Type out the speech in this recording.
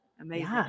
Amazing